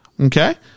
Okay